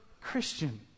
Christian